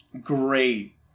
great